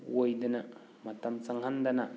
ꯑꯣꯏꯗꯅ ꯃꯇꯝ ꯆꯪꯍꯟꯗꯅ